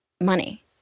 money